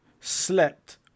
slept